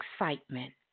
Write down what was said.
excitement